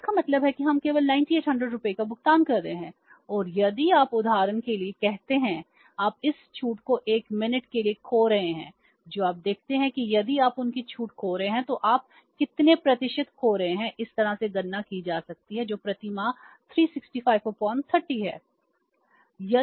तो इसका मतलब है कि हम केवल 9800 रुपये का भुगतान कर रहे हैं और यदि आप उदाहरण के लिए कहते हैं आप इस छूट को एक मिनट के लिए खो रहे हैं जो आप देखते हैं कि यदि आप उनकी छूट खो रहे हैं तो आप कितने प्रतिशत खो रहे हैं इस तरह से गणना की जा सकती है जो प्रति माह 36530 है